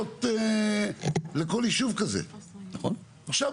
הנוצרים הרבה יותר --- ושם